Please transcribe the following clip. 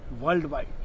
worldwide